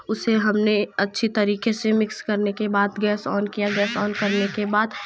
उसे हमने अच्छी तरीके से मिक्स करने के बाद गैस ओन किया गैस ऑन करने के बाद